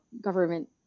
government